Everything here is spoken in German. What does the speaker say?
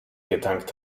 getankt